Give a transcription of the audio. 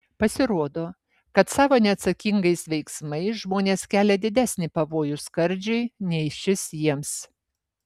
pasirodo kad savo neatsakingais veiksmais žmonės kelia didesnį pavojų skardžiui nei šis jiems